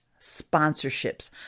sponsorships